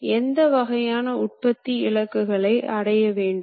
அடிப்படையில் சுழற்சி முறையில் துல்லியமான இயக்கத்தை உருவாக்க வேண்டும்